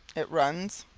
it runs,